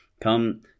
come